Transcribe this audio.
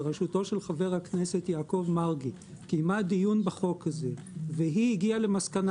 בראשותו של חבר הכנסת יעקב מרגי קיימה דיון בחוק הזה והיא הגיעה למסקנה